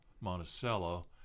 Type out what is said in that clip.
Monticello